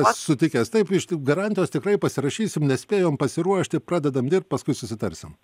sutikęs taip iš garantijos tikrai pasirašysim nespėjom pasiruošti pradedam dirbt paskui susitarsim